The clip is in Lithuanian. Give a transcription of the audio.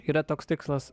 yra toks tikslas